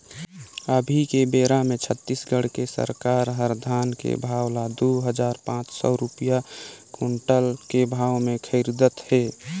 अभी के बेरा मे छत्तीसगढ़ के सरकार हर धान के भाव ल दू हजार पाँच सौ रूपिया कोंटल के भाव मे खरीदत हे